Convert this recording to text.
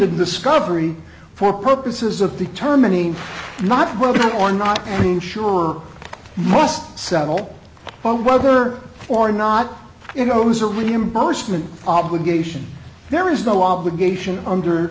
to discovery for purposes of determining not whether or not the sure must settle or whether or not it goes a reimbursement obligation there is no obligation under